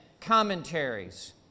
commentaries